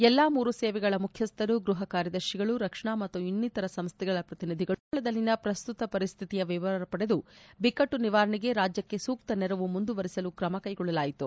ಎಲ್ಲಾ ಮೂರು ಸೇವೆಗಳ ಮುಖ್ಯಸ್ಥರು ಗೃಹ ಕಾರ್್ತದರ್ಶಿಗಳು ರಕ್ಷಣಾ ಮತ್ತು ಇನ್ನಿತರ ಸಂಸ್ಟೆಗಳ ಪ್ರತಿನಿಧಿಗಳು ಕೇರಳದಲ್ಲಿನ ಪ್ರಸ್ತುತ ಪರಿಸ್ಟಿತಿಯ ವಿವರ ಪಡೆದು ಬಿಕ್ಕಟ್ಲು ನಿವಾರಣೆಗೆ ರಾಜ್ಯಕ್ಕೆ ಸೂಕ್ತ ನೆರವು ಮುಂದುವರೆಸಲು ಕ್ರಮ ಕೈಗೊಳ್ಳಲಾಯಿತು